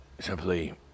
Simply